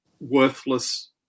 worthless